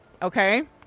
Okay